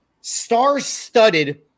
star-studded